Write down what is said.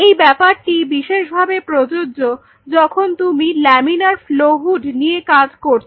এই ব্যাপারটি বিশেষভাবে প্রযোজ্য যখন তুমি লামিনার ফ্লো হুড নিয়ে কাজ করছ